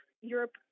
Europe